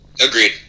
agreed